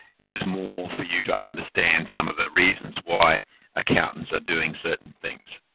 this is more for you to understand some of the reasons why accountants are doing certain things.